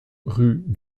rue